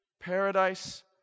Paradise